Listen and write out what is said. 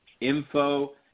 info